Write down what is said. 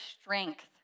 strength